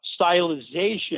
stylization